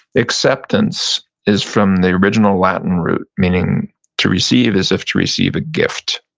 acceptance is from the original latin root meaning to receive, as if to receive a gift.